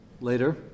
later